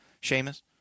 Sheamus